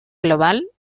global